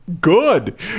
Good